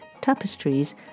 tapestries